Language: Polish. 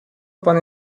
pan